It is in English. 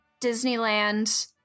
Disneyland